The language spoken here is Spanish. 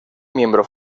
miembro